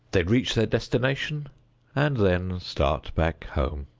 they reach their destination and then start back home.